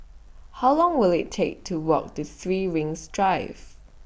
How Long Will IT Take to Walk to three Rings Drive